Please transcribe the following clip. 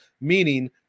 meaning